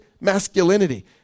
masculinity